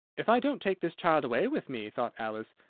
if i don't take this child away with me, thought alice,